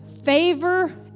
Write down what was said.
favor